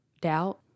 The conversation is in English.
doubt